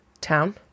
town